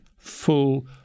Full